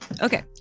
Okay